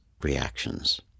reactions